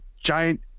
giant